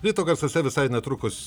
ryto garsuose visai netrukus